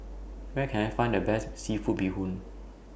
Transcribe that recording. Where Can I Find The Best Seafood Bee Hoon